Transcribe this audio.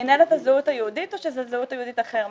מינהלת הזהות היהודית או זה זהות יהודית אחרת?